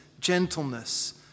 gentleness